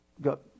got